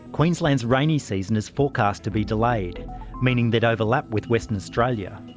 queensland's rainy season is forecast to be delayed meaning they'd overlap with western australia.